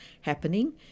happening